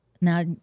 now